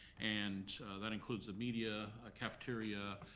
and that includes the media, ah cafeteria,